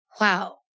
wow